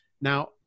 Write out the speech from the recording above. Now